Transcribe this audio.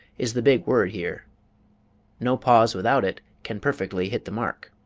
is the big word here no pause without it can perfectly hit the mark.